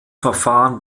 verfahren